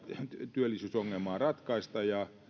työllisyysongelmaa ratkaista ja